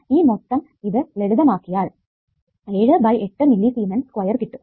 ഈ മൊത്തം ഇത് ലളിതമാക്കിയാൽ 7 ബൈ 8 മില്ലിസിമെൻസ് സ്ക്വയർ കിട്ടും